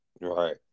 Right